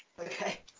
Okay